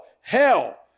hell